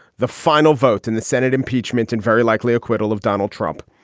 the final vote in the senate, impeachment and very likely acquittal of donald trump.